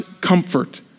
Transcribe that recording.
comfort